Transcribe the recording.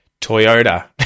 Toyota